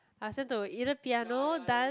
I sent to either piano dance